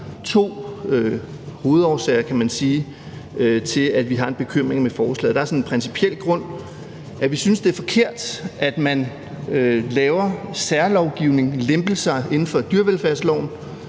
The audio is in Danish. to hovedårsager til, at vi har en bekymring med hensyn til forslaget. Der er sådan en principiel grund, nemlig at vi synes, det er forkert, at man laver særlovgivning, lempelser inden for dyrevelfærdsloven